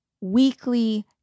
weekly